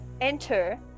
Enter